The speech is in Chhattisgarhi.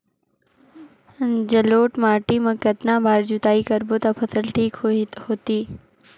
जलोढ़ माटी ला कतना बार जुताई करबो ता फसल ठीक होती?